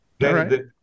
right